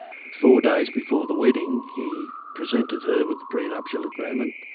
four days before the wedding he presented her with the prenuptial agreement,